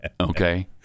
Okay